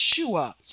Yeshua